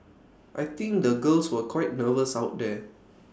I think the girls were quite nervous out there